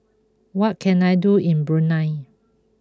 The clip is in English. what can I do in Brunei